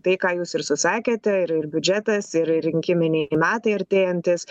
tai ką jūs ir susakėte ir ir biudžetas ir rinkiminiai metai artėjantys